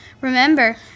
Remember